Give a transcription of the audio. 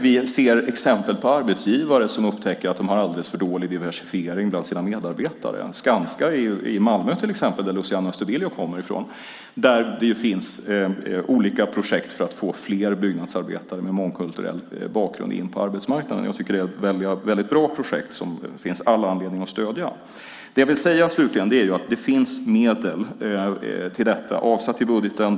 Vi ser exempel på arbetsgivare som upptäcker att de har alldeles för dålig diversifiering bland sina medarbetare. Skanska i Malmö, som Luciano Astudillo kommer ifrån, har olika projekt för att få fler byggnadsarbetare med mångkulturell bakgrund in på arbetsmarknaden. Jag tycker att det är väldigt bra projekt som det finns all anledning att stödja. Slutligen vill jag säga att det finns medel till detta avsatt i budgeten.